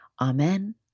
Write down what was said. Amen